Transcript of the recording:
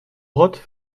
brottes